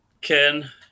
Ken